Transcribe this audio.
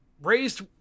raised